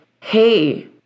Hey